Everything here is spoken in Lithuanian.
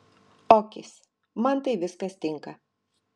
okis man tai viskas tinka